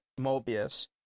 Mobius